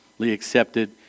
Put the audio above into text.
accepted